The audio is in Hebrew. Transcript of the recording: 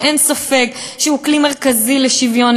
שאין ספק שהוא כלי מרכזי לשוויון,